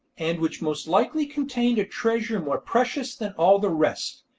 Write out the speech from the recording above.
and which most likely contained a treasure more precious than all the rest.